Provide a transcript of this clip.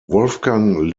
wolfgang